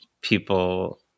people